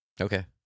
Okay